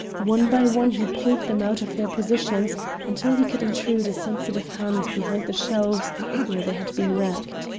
one by one he pulled them out of their positions until he could intrude a sensitive hand behind the shelves where they had been racked.